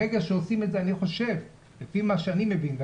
היה לי מקרה לא נעים עם